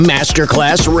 Masterclass